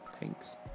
thanks